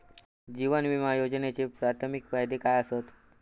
जीवन विमा योजनेचे प्राथमिक फायदे काय आसत?